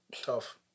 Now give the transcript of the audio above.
Tough